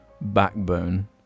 backbone